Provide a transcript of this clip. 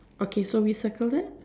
okay so we circle that